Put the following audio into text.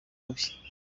rubi